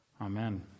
Amen